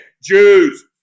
Jews